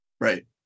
Right